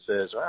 says